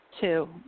Two